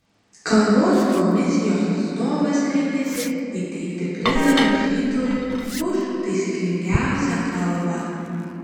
kalbos komisijos atstovas rengiasi įteikti prizą rašytojui už taisyklingiausią kalbą